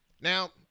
Now